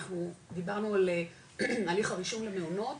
אנחנו דיברנו על הליך הרישום למעונות,